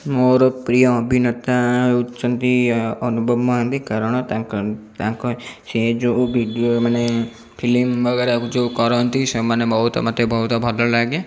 ମୋର ପ୍ରିୟ ଅଭିନେତା ହେଉଛନ୍ତି ଅନୁଭବ ମହାନ୍ତି କାରଣ ତାଙ୍କ ଯେଉଁ ଭିଡ଼ିଓ ମାନେ ଫିଲ୍ମ ବଗେରା ଯେଉଁ କରନ୍ତି ସେମାନେ ବହୁତ ମୋତେ ବହୁତ ଭଲ ଲାଗେ